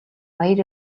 баяр